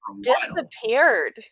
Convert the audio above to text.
disappeared